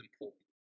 important